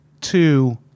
two